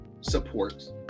support